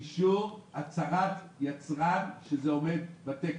אישור, הצהרת יצרן שזה עומד בתקן.